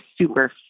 super